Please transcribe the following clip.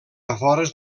afores